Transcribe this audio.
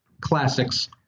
classics